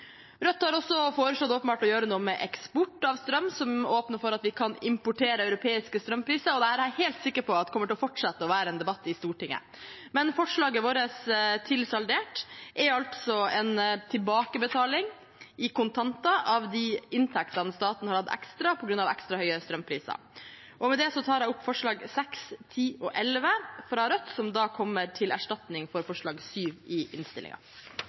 Rødt har også foreslått, åpenbart, å gjøre noe med eksport av strøm, som åpner for at vi kan importere europeiske strømpriser, og dette er jeg helt sikker på kommer til å fortsette å være en debatt i Stortinget. Forslaget vårt til saldert er altså en tilbakebetaling i kontanter av de inntektene staten har hatt ekstra på grunn av ekstra høye strømpriser. Med det tar jeg opp forslagene nr. 6, 10 og 11, fra Rødt, som da kommer til erstatning for forslag nr. 7 i